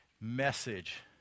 message